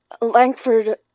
Langford